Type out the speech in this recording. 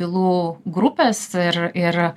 bylų grupės ir ir